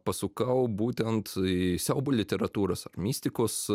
pasukau būtent į siaubo literatūros ar mistikos